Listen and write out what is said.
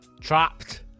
trapped